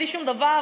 בלי שום דבר,